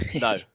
No